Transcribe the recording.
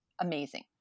amazing